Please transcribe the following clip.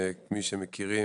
מי שמכירים,